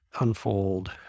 unfold